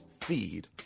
feed